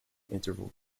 interval